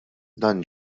dan